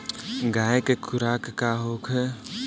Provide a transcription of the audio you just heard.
गाय के खुराक का होखे?